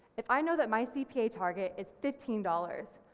if i know that my cpa target is fifteen dollars,